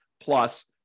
plus